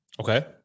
Okay